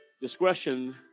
Discretion